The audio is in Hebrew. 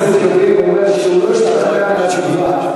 הוא אומר שהוא לא השתכנע מהתשובה.